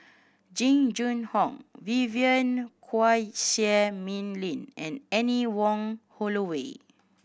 Jing Jun Hong Vivien Quahe Seah Mei Lin and Anne Wong Holloway